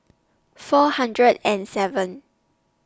four hundred and seven